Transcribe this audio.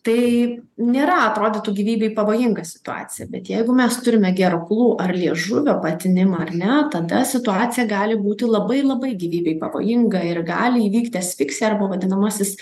tai nėra atrodytų gyvybei pavojinga situacija bet jeigu mes turime gerklų ar liežuvio patinimą ar ne tada situacija gali būti labai labai gyvybei pavojinga ir gali įvykti asfiksija arba vadinamasis